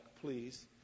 please